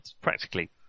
practically